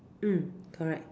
mm correct